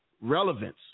relevance